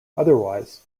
otherwise